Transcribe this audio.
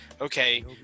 okay